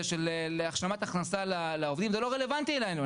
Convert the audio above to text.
להשלמת הכנסה לעובדים זה לא רלוונטי אלינו.